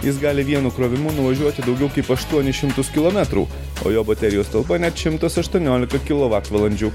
jis gali vienu krovimu nuvažiuoti daugiau kaip aštuonis šimtus kilometrų o jo baterijos talpa net šimtas aštuoniolika kilovatvalandžių